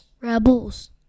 Rebels